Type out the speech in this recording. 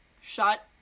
Shut